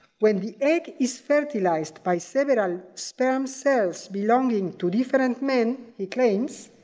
when the egg is fertilized by several sperm cells belonging to different men, he claims,